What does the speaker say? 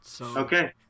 Okay